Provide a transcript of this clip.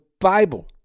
Bible